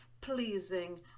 pleasing